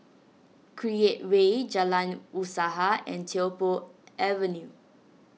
Create Way Jalan Usaha and Tiong Poh Avenue